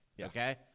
okay